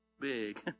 big